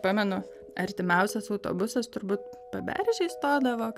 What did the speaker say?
pamenu artimiausias autobusas turbūt paberžėj stodavo kad